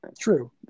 True